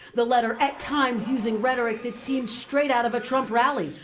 the letter at times using rhetoric that seemed straight out of a trump rally.